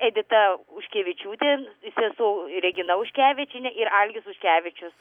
edita užkevičiūtė sesuo regina užkevičienė ir algis užkevičius